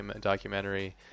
documentary